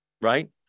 right